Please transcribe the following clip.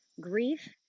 grief